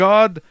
God